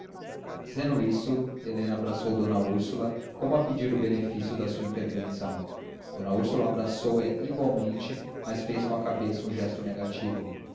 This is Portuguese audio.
dizendo isto helena abraçou d úrsula como a pedir o benefício da sua intervenção d úrsula abraçou-a igualmente mas fez com a cabeça um gesto negativo